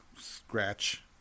Scratch